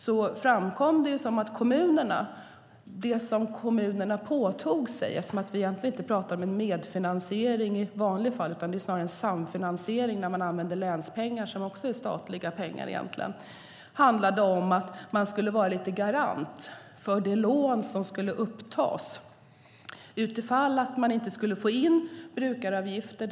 Det framkom att det som kommunerna påtog sig - vi pratar egentligen inte om en medfinansiering i vanlig mening, utan det är snarare en samfinansiering där man använder länspengar som egentligen också är statliga pengar - handlade om att de skulle vara lite av en garant för det lån som skulle upptas utifall man inte skulle få in brukaravgifter.